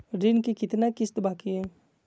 ऋण के कितना किस्त बाकी है?